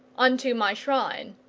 unto my shrine.